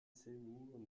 seymour